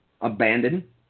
abandoned